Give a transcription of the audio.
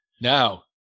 Now